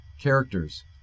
characters